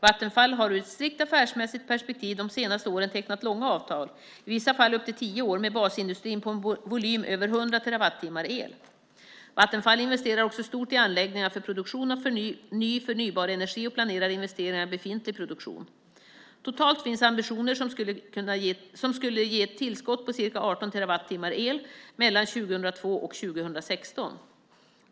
Vattenfall har ur ett strikt affärsmässigt perspektiv de senaste åren tecknat långa avtal, i vissa fall upp till tio år, med basindustrin på en volym över 100 terawattimmar el. Vattenfall investerar också stort i anläggningar för produktion av ny förnybar energi och planerar investeringar i befintlig produktion. Totalt finns ambitioner som skulle ge ett tillskott på ca 18 terawattimmar el mellan 2002 och 2016.